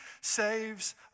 saves